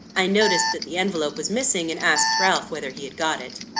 i noticed that the envelope was missing, and asked ralph whether he had got it.